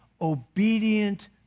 obedient